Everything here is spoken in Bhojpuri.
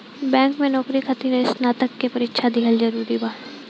बैंक में नौकरी खातिर स्नातक के परीक्षा दिहल जरूरी बा?